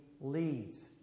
leads